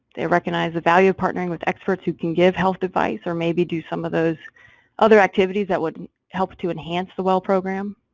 they recognize the value of partnering with experts who can give health advice or maybe do some of those other activities that would help to enhance the well programme,